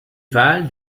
valent